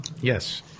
Yes